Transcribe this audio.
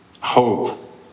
Hope